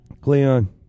Cleon